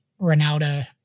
Ronaldo